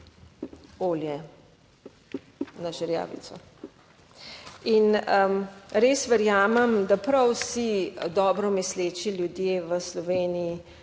olje na žerjavico. In res verjamem, da prav vsi dobro misleči ljudje v Sloveniji